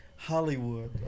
Hollywood